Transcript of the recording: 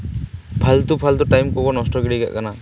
ᱯᱷᱟᱞᱛᱩ ᱯᱷᱟᱞᱛᱩ ᱴᱟᱭᱤᱢ ᱠᱚᱠᱚ ᱱᱚᱥᱴᱚ ᱜᱤᱰᱤ ᱠᱟᱜ ᱠᱟᱱᱟ